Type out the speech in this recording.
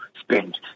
spend